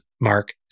Mark